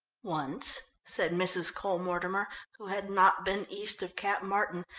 once, said mrs. cole-mortimer, who had not been east of cap martin,